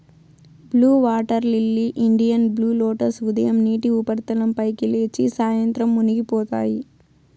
blue water lily, Indian blue lotus ఉదయం నీటి ఉపరితలం పైకి లేచి, సాయంత్రం మునిగిపోతాయి